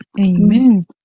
Amen